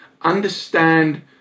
understand